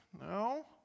No